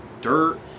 dirt